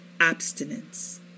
abstinence